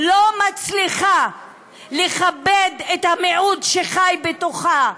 לא מצליחה לכבד את המיעוט שחי בתוכה,